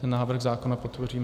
Návrh zákona podpoříme.